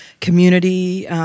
community